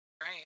Right